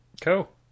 Cool